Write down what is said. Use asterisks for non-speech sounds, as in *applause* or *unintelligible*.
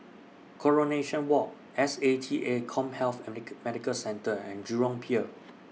Coronation Walk S A T A Commhealth *unintelligible* Medical Centre and Jurong Pier